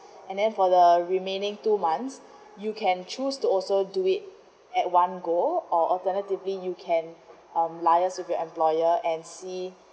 and then for the remaining two months you can choose to also do it at one go or alternatively you can um liaise with your employer and see